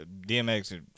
Dmx